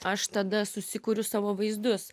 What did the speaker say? aš tada susikuriu savo vaizdus